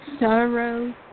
sorrow